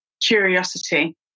Curiosity